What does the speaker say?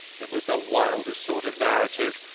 it was the wildest sort of narrative,